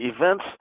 events